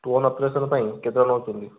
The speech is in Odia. ଷ୍ଟୋନ୍ ଅପରେସନ୍ ପାଇଁ କେତେ ଟଙ୍କା ନେଉଛନ୍ତି